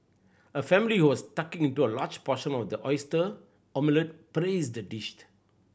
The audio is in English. a family who was tucking in into a large portion of the oyster omelette praised the dished